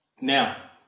Now